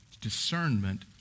discernment